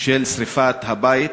של שרפת הבית.